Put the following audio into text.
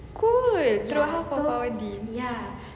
cool through half of our deen